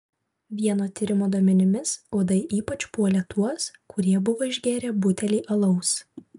vieno tyrimo duomenimis uodai ypač puolė tuos kurie buvo išgėrę butelį alaus